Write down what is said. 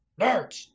Nerd